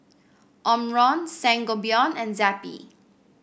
Omron Sangobion and Zappy